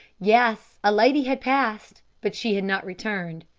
yes, a lady had passed, but she had not returned.